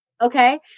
Okay